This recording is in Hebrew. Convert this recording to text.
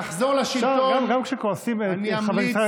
חברת הכנסת פרידמן, תודה.